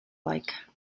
like